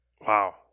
wow